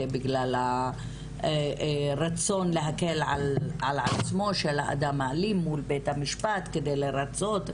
זה בגלל הרצון להקל על האדם האלים עצמו מול בית המשפט כדי לרצות,